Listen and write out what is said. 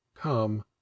come